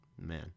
man